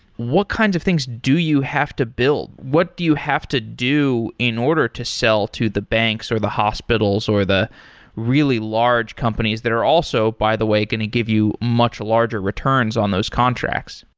what kinds of things do you have to build? what you have to do in order to sell to the banks, or the hospitals, or the really large companies that are also, by the way, going to give you much larger returns on those contracts?